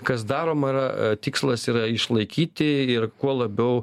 kas daroma yra tikslas yra išlaikyti ir kuo labiau